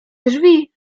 drzwi